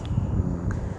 mm